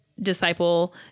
disciple